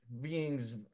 beings